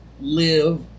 live